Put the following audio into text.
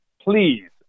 please